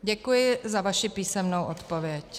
Děkuji za vaši písemnou odpověď.